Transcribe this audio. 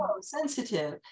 sensitive